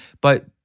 But-